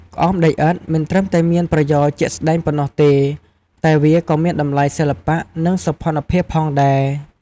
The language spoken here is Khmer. ក្អមដីឥដ្ឋមិនត្រឹមតែមានប្រយោជន៍ជាក់ស្តែងប៉ុណ្ណោះទេ តែវាក៏មានតម្លៃសិល្បៈ និងសោភ័ណភាពផងដែរ។